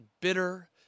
bitter